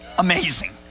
amazing